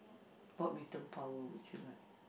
what mutant power would you like